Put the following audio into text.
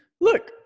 Look